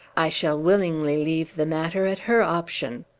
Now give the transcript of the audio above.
i shall willingly leave the matter at her option.